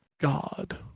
God